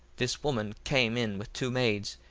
this woman came in with two maids,